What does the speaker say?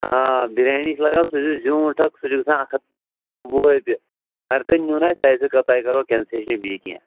آ بِریانی چھِ لگان سُہ چھُ زیوٗٹھ سُہ چھُ گژھان اَکھ ہَتھ وُہ رۄپیہِ اگر تۄہہِ نِیُن آسہِ تۄہہِ سۭتۍ تۄہہِ کَرو کینسیشَن بیٚیہِ کیٚنٛہہ